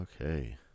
Okay